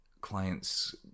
clients